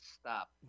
Stop